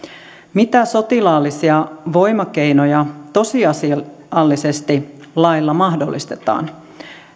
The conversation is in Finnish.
mitä sotilaallisia voimakeinoja tosiasiallisesti lailla mahdollistetaan